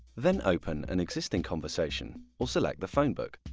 then open an existing conversation, or select the phonebook.